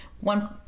one